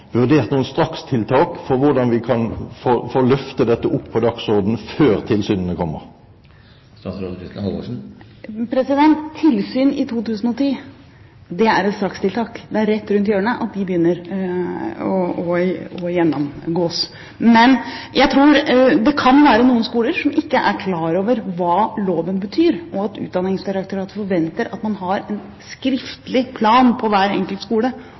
vurdert noen strakstiltak for hvordan vi kan få løftet dette opp på dagsordenen før tilsynene kommer? Tilsyn i 2010 er et strakstiltak. Det er rett rundt hjørnet at en begynner å gjennomgå dem. Men jeg tror det kan være noen skoler som ikke er klar over hva loven betyr, og at Utdanningsdirektoratet forventer at man har en skriftlig plan på hver enkelt skole